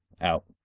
out